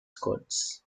codes